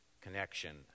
connection